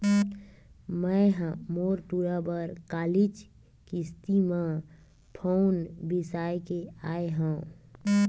मैय ह मोर टूरा बर कालीच किस्ती म फउन बिसाय के आय हँव